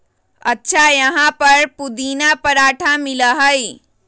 अच्छा यहाँ पर पुदीना पराठा मिला हई?